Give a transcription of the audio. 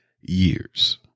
years